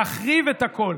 להחריב את הכול.